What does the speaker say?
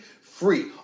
free